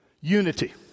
Unity